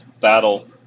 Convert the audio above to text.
battle